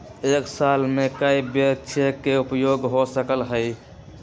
एक साल में कै बेर चेक के उपयोग हो सकल हय